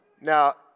Now